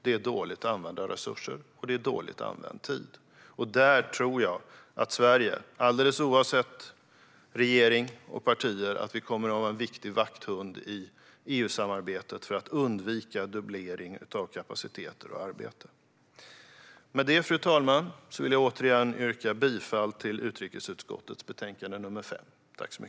Det är dåligt använda resurser och dåligt använd tid. Jag tror att Sverige, alldeles oavsett regering och partier, kommer att vara en viktig vakthund i EU-samarbetet för att undvika dubblering av kapaciteter och arbete. Fru talman! Jag yrkar åter bifall till utskottets förslag.